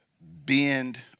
bend